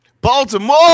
Baltimore